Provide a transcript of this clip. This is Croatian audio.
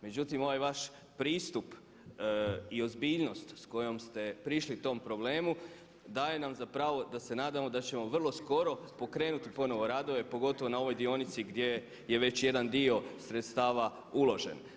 Međutim, ovaj vaš pristup i ozbiljnost s kojom ste prišli tom problemu daje nam za pravo da se nadamo da ćemo vrlo skoro pokrenuli ponovo radove pogotovo na ovoj dionici gdje je već jedan dio sredstava uložen.